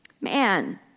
Man